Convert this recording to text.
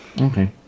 Okay